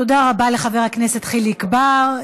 תודה רבה לחבר הכנסת חיליק בר.